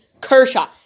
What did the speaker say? Kershaw